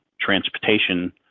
transportation